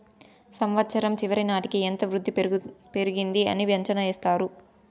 సంవచ్చరం చివరి నాటికి ఎంత వృద్ధి పెరిగింది అని అంచనా ఎత్తారు